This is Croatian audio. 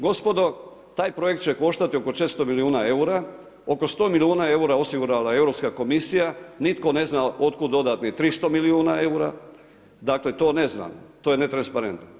Gospodo, taj projekt će koštati oko 600 milijuna eura, oko 100 milijuna eura, osigurala je Europska komisija, nitko ne zna od kud dodatnih 300 milijuna eura, dakle, to ne zna, to je netransparentno.